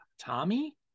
Tommy